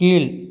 கீழ்